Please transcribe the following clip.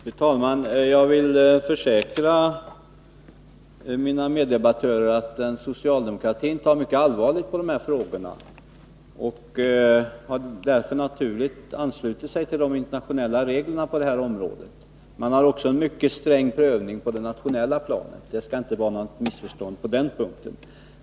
Fru talman! Jag vill försäkra mina meddebattörer att socialdemokratin tar dessa frågor mycket allvarligt, och vi har därför helt naturligt anslutit oss till deiinternationella reglerna på detta område. Man har också en mycket sträng prövning på det nationella planet. Det skall alltså inte vara några missförstånd på den punkten.